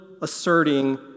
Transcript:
asserting